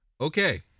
Okay